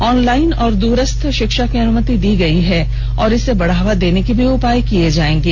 online और दूरस्थ शिक्षा की अनुमति दी गई है और इसे बढ़ावा देने के उपाय किए जाएंगे